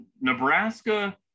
Nebraska